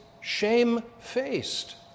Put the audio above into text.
shame-faced